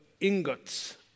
ingots